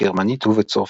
בגרמנית ובצרפתית.